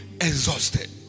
exhausted